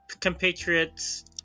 compatriots